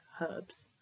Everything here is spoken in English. herbs